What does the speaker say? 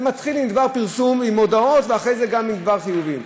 זה מתחיל בדבר פרסום, בהודעות, ואחרי זה, חיובים.